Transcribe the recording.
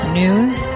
news